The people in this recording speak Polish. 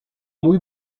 mój